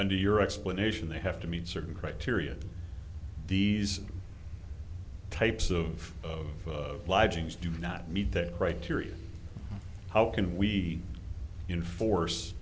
under your explanation they have to meet certain criteria these types of of lodgings do not meet that criteria how can we enforce